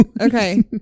Okay